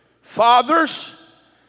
fathers